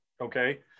okay